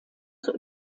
zur